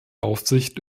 aufsicht